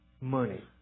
money